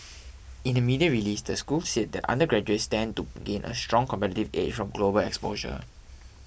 in a media release the school said that undergraduates stand to gain a strong competitive edge from global exposure